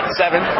seven